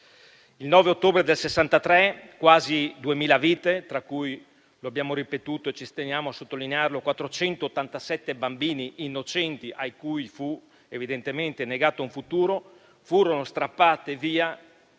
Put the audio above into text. Il 9 ottobre 1963 quasi 2.000 vite, tra cui - lo abbiamo ripetuto e ci teniamo a sottolinearlo - 487 bambini innocenti a cui fu evidentemente negato un futuro, furono strappate via